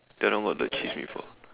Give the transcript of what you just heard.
the other one got the cheese before